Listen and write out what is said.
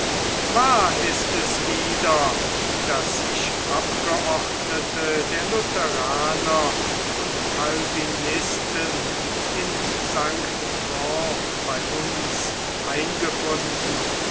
wahr ist es wieder daß sich abgeordnete der lutheraner und calvinisten in st truyen bei uns eingefunden